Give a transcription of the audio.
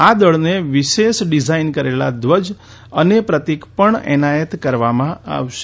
આ દળને વિશેષ ડિઝાઇન કરેલા ધ્વજ અને પ્રતીક પણ એનાયત કરવામાં આવ્યા છે